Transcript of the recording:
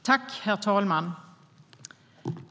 Herr talman!